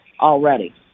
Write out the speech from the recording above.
already